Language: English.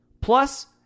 Plus